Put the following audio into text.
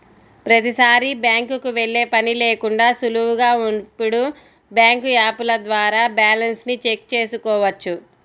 ప్రతీసారీ బ్యాంకుకి వెళ్ళే పని లేకుండానే సులువుగా ఇప్పుడు బ్యాంకు యాపుల ద్వారా బ్యాలెన్స్ ని చెక్ చేసుకోవచ్చు